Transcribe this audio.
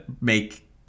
make